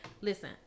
Listen